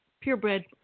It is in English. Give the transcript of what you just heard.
Purebred